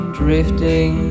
drifting